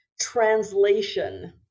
translation